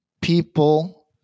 people